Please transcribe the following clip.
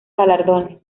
galardones